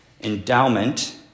Endowment